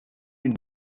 une